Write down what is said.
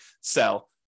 sell